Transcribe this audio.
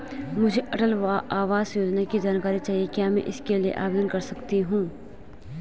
मुझे अटल आवास योजना की जानकारी चाहिए क्या मैं इसके लिए आवेदन कर सकती हूँ?